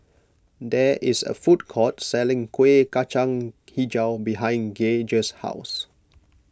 there is a food court selling Kuih Kacang HiJau behind Gaige's house